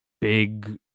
big